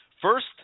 First